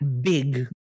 big